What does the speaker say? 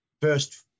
First